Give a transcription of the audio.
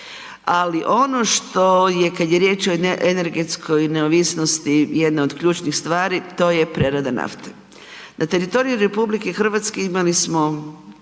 Ali ono što je kad je riječ o energetskoj neovisnosti jedna od ključnih stvari, to je prerada nafte. Na teritoriju RH imali smo